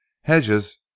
hedges